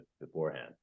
beforehand